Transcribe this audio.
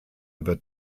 wird